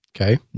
okay